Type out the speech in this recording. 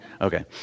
okay